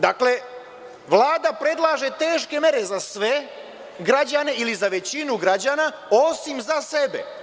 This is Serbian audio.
Dakle, Vlada predlaže teške mere za sve građane ili za većinu građana, osim za sebe.